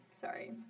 sorry